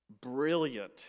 brilliant